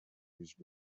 was